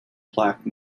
plaque